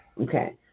Okay